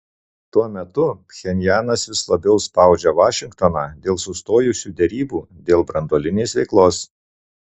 tuo metu pchenjanas vis labiau spaudžia vašingtoną dėl sustojusių derybų dėl branduolinės veiklos